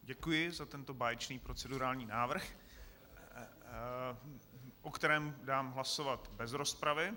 Děkuji za tento báječný procedurální návrh, o kterém dám hlasovat bez rozpravy.